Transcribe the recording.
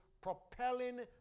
propelling